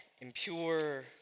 impure